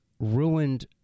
ruined